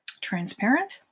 transparent